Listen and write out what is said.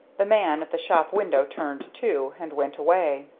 the man at the shop window turned, too, and went away.